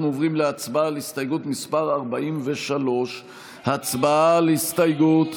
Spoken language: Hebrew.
אנחנו עוברים להצבעה על הסתייגות מס' 43. הצבעה על ההסתייגות.